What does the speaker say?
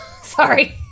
Sorry